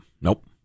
Nope